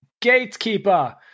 gatekeeper